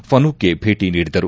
ಫನೂಕ್ ಭೇಟಿ ನೀಡಿದರು